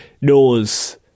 knows